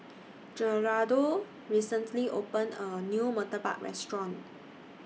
Gerardo recently opened A New Murtabak Restaurant